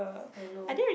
I know